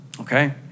okay